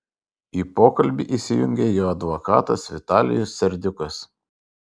į pokalbį įsijungė jo advokatas vitalijus serdiukas